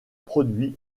produits